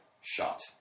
shot